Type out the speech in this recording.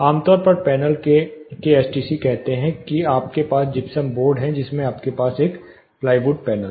आमतौर पर पैनल के एसटीसी कहते हैं कि आपके पास जिप्सम बोर्ड है जिसमें आपके पास एक प्लाईवुड पैनल है